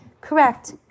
Correct